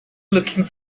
looking